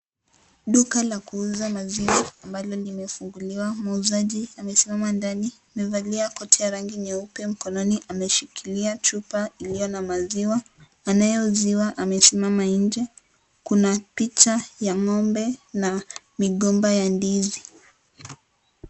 Duka la kuuza maziwa ambalo limefunguliwa. Mwuzaji amesimama ndani. Amevalia koti ya rangi nyeupe. Mkononi ameshikilia chupa iliyo na maziwa. Anayeuziwa amesimama nje. Kuna picha ya ng'ombe na migomba ya ndizi.